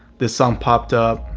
this song popped up.